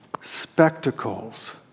spectacles